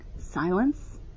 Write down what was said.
silence